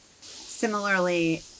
Similarly